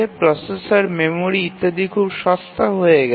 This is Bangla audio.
প্রসেসর মেমরি ইত্যাদি খুব সস্তা হয়ে গেছে